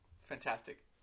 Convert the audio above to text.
fantastic